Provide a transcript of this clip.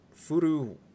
Furu